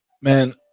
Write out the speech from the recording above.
man